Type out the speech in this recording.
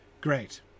Great